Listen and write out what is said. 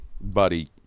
buddy